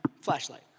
flashlight